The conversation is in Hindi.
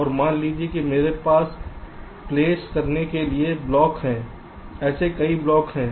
और मान लीजिए कि मेरे पास प्लेस करने के लिए ब्लॉक हैं ऐसे कई ब्लॉक हैं